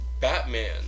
Batman